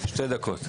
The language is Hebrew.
תודה.